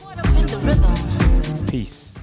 Peace